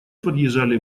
подъезжали